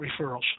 referrals